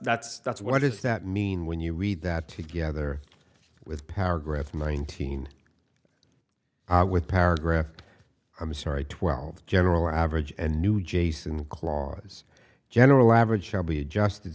that's that's what does that mean when you read that together with paragraph nineteen with paragraph i'm sorry twelve general average and new jason clause general average shall be adjusted